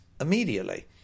immediately